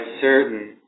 certain